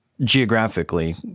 geographically